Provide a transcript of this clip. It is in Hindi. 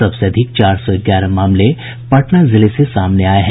सबसे अधिक चार सौ ग्यारह मामले पटना जिले से सामने आये हैं